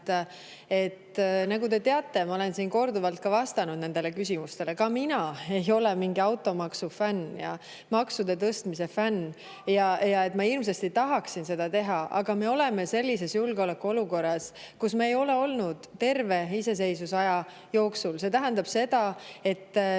et nagu te teate – ma olen siin korduvalt ka vastanud nendele küsimustele –, ka mina ei ole mingi automaksufänn ja maksude tõstmise fänn, et ma hirmsasti tahaksin seda teha, aga me oleme sellises julgeolekuolukorras, kus me ei ole olnud terve iseseisvusaja jooksul. See tähendab seda, et